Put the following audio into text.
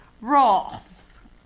Roth